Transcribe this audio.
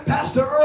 Pastor